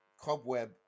Cobweb